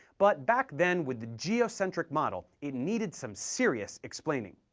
but back then, with the geocentric model, it needed some serious explaining.